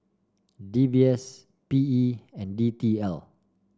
D B S P E and D T L